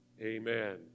Amen